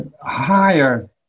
higher